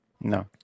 no